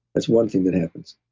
that's one thing that happens.